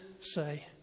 say